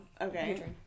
Okay